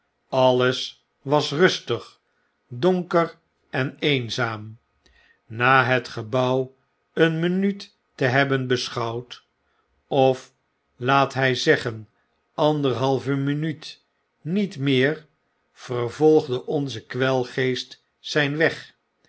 alles was rustig donker en eenzaam na het gebouw een minuut te hebben beschouwd of laat hg zeggen anderhalve minuut niet meer vervolgde onze kwelgeest zgn weg